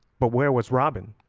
but where was robin,